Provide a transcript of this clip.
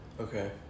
Okay